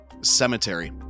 Cemetery